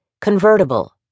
convertible